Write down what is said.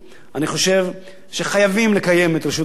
אני חושב שחייבים לקיים את רשות השידור.